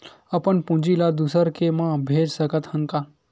अपन पूंजी ला दुसर के मा भेज सकत हन का?